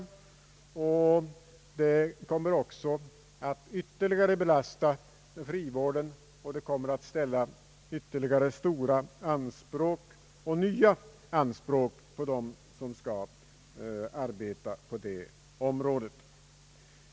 Detta kommer att yterligare belasta frivården och ställa nya stora anspråk på dem som arbetar på detta område.